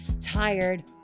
tired